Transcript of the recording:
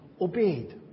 obeyed